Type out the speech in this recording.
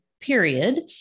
period